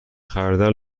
خردل